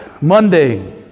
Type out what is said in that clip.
Monday